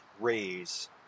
raise